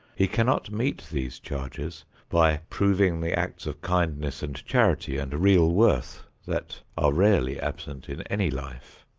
he cannot meet these charges by proving the acts of kindness and charity and real worth that are rarely absent in any life.